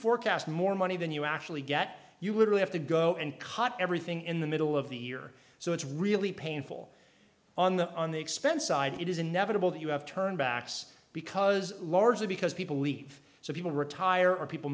forecast more money than you actually get you would really have to go and cut everything in the middle of the year so it's really painful on the on the expense side it is inevitable that you have turned backs because largely because people leave so people retire or people